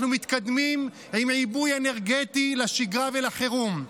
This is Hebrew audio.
אנחנו מתקדמים עם עיבוי אנרגטי לשגרה ולחירום,